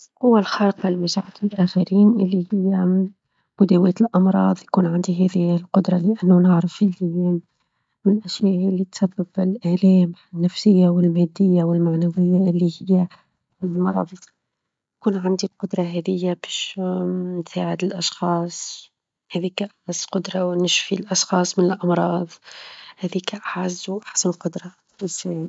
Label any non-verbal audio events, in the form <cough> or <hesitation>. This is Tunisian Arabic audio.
القوة الخارقة <noise> لمساعدة الآخرين اللى هي مداواة الأمراظ، تكون عندى هذي القدرة؛ لأنه نعرف اللى من الأشياء اللى تسبب الآلام النفسية، والمادية، والمعنوية، اللى هي <noise> المرظ، تكون عندي القدرة هذي باش <hesitation> نساعد الأشخاص، هذيك أعز قدرة، ونشفي الأشخاص من الأمراظ، هذيك أعز وأحسن قدرة <noise>